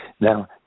Now